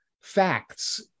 facts